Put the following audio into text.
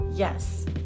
Yes